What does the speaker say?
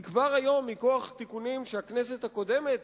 כי כבר היום מכוח תיקונים שהכנסת הקודמת